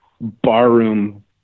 barroom